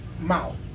mouth